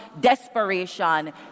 desperation